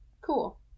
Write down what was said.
Cool